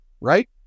Right